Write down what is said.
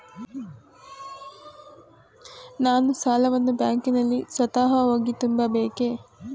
ನಾನು ಸಾಲವನ್ನು ಬ್ಯಾಂಕಿನಲ್ಲಿ ಸ್ವತಃ ಹೋಗಿ ತುಂಬಬೇಕೇ?